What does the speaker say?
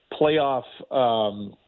playoff